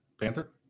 Panther